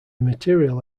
material